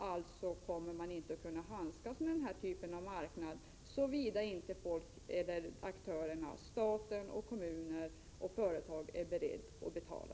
Alltså kommer man inte att kunna handskas med den här typen av marknad — såvida inte folket eller aktörerna, staten, kommunerna och företagen, är beredda att betala.